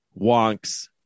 wonks